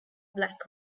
black